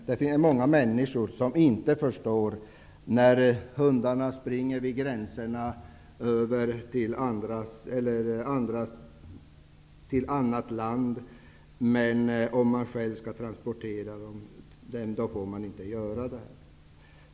Det finns många som inte förstår att de inte får transportera hundar över till annat land, när hundarna ändå själva springer över gränsen.